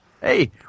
Hey